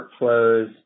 workflows